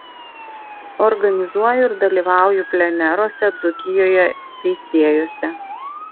organizuoju ir dalyvauju pleneruose dzūkijoje veisiejuose